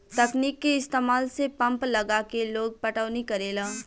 तकनीक के इस्तमाल से पंप लगा के लोग पटौनी करेला